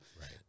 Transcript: right